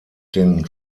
den